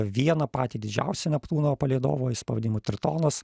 vieną patį didžiausią neptūno palydovą jis pavadinimu tritonas